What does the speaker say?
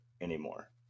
anymore